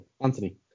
Anthony